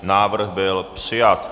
Návrh byl přijat.